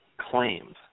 claims